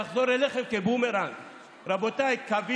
הצטרפתי לחברתי חברת הכנסת קטי